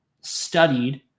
studied